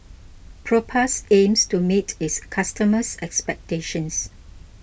Propass aims to meet its customers' expectations